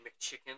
McChicken